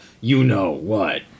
you-know-what